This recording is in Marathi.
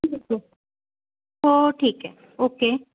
ठीक आहे हो ठीके आहे ओके